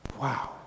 Wow